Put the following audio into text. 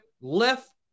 left